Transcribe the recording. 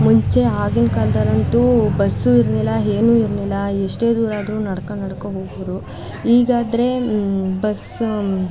ಮುಂಚೆ ಆಗಿನ ಕಾಲ್ದೋರು ಅಂತೂ ಬಸ್ಸೂ ಇರಲಿಲ್ಲ ಏನೂ ಇರಲಿಲ್ಲ ಎಷ್ಟೇ ದೂರಾದ್ರೂ ನಡ್ಕೊಂಡು ನಡ್ಕೊಂಡು ಹೋಗೋರು ಈಗಾದರೆ ಬಸ್ಸಾಮ್